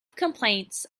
complaints